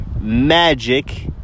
magic